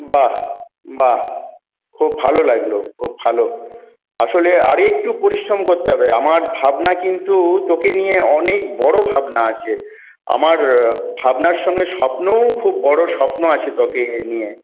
বাহ্ বাহ্ খুব ভালো লাগল খুব ভালো আসলে আর একটু পরিশ্রম করতে হবে আমার ভাবনা কিন্তু তোকে নিয়ে অনেক বড় ভাবনা আছে আমার ভাবনার সঙ্গে স্বপ্নও খুব বড় স্বপ্ন আছে তোকে এ নিয়ে